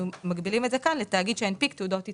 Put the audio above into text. מגבילים את זה כאן לתאגיד שהנפיק תעודות התחייבות.